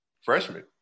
freshman